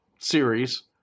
series